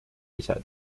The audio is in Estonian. ise